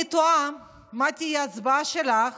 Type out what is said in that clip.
אני תוהה מה תהיה ההצבעה שלך